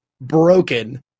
broken